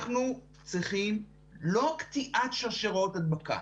אנחנו צריכים לא קטיעת שרשראות ההדבקה.